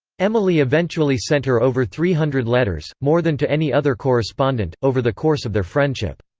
emily eventually sent her over three hundred letters, more than to any other correspondent, over the course of their friendship.